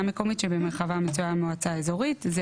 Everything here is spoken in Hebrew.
מקומית שבמרחבה מצויה מועצה אזורית,".